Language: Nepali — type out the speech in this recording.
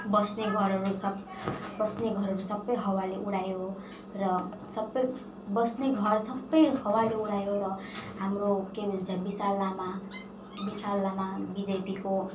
बस्ने घरहरू सब बस्ने घरहरू सबै हावाले उडायो र सबै बस्ने घर सबै हावाले उडायो र हाम्रो के भन्छ विशाल लामा विशाल लामा बिजेपीको